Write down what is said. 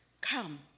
Come